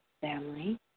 family